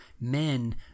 men